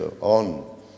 on